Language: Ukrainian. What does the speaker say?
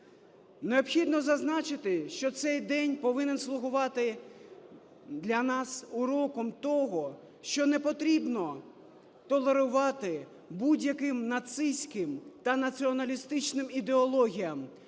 Необхідно зазначити, що цей день повинен слугувати для нас уроком того, що не потрібно толерувати будь-яким нацистським та націоналістичним ідеологіям,